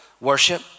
worship